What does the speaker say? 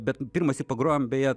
bet pirmąsyk pagrojom beje